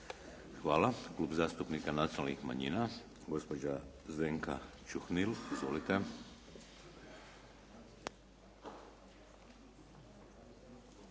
Hvala. Klub zastupnika nacionalnih manjina, gospođa Zdenka Čuhnil. Izvolite.